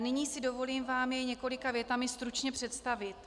Nyní si dovolím vám jej několika větami stručně představit.